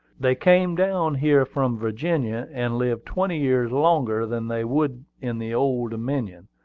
they came down here from virginia, and lived twenty years longer than they would in the old dominion.